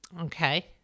Okay